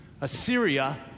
Assyria